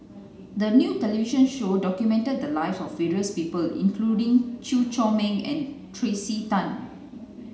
the new television show documented the live of various people including Chew Chor Meng and Tracey Tan